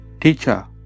Teacher